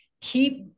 Keep